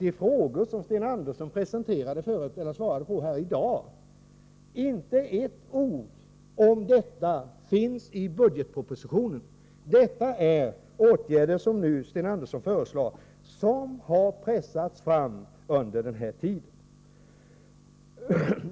I budgetpropositionen finns inte ett ord om det som Sten Andersson presenterade här i dag. Det som Sten Andersson nu föreslår är åtgärder som har pressats fram under den här tiden.